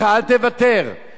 מה שיש לך ביד,